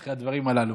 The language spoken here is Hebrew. אחרי הדברים הללו.